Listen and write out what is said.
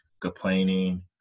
complaining